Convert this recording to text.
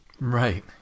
Right